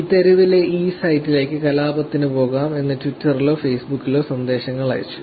ഈ തെരുവിലെ ഈ സൈറ്റിലേക്ക് കലാപത്തിന് പോകാം എന്ന് ട്വിറ്ററിലോ ഫേസ്ബുക്കിലോ സന്ദേശങ്ങൾ അയച്ചു